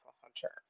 hunter